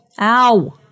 Ow